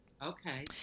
Okay